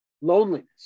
loneliness